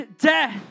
death